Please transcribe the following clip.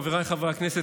חבריי חברי הכנסת,